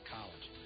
College